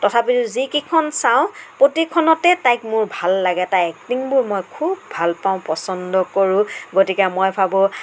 তথাপিতো যি কেইখন চাওঁ সেইকেইখনতে তাইক মোৰ তাইৰ এক্টিংবোৰ মই খুব ভাল পাওঁ পচন্দ কৰোঁ গতিকে মই ভাবোঁ